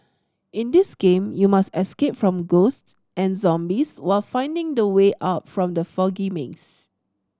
in this game you must escape from ghosts and zombies while finding the way out from the foggy maze